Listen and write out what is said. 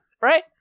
Right